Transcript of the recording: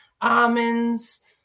almonds